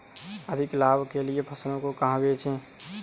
अधिक लाभ के लिए फसलों को कहाँ बेचें?